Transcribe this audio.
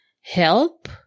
help